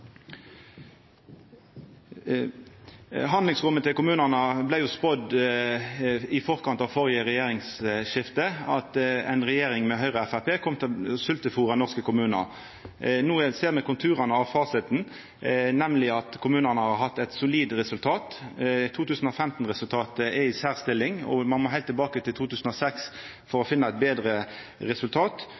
Handlingsrommet til kommunane: Det vart jo spådd i forkant av førre regjeringsskifte at ei regjering med Høgre og Framstegspartiet kom til å sveltefôra norske kommunar. No ser me konturane av fasiten, nemleg at kommunane har hatt eit solid resultat. 2015-resultatet er i ei særstilling, og ein må heilt tilbake til 2006 for å finna eit betre resultat.